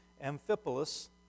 Amphipolis